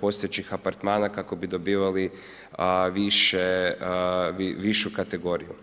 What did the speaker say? postojećih apartmana kako bi dobivali višu kategoriju.